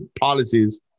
policies